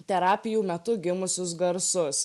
terapijų metu gimusius garsus